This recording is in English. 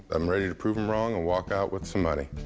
i'm ready to prove him wrong and walk out with some money.